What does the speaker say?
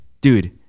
dude